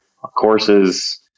courses